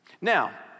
Now